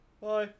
Bye